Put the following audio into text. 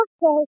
Okay